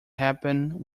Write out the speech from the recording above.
happened